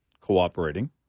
cooperating